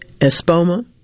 espoma